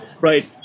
right